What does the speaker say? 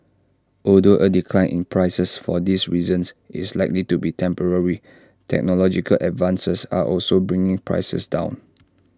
although A decline in prices for these reasons is likely to be temporary technological advances are also bringing prices down